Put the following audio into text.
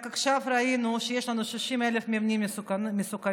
רק עכשיו ראינו שיש לנו 60,000 מבנים מסוכנים,